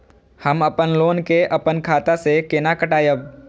हम अपन लोन के अपन खाता से केना कटायब?